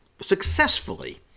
successfully